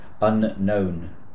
unknown